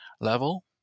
level